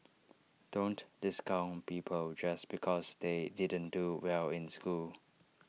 don't discount people just because they didn't do well in school